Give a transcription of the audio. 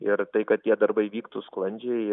ir tai kad tie darbai vyktų sklandžiai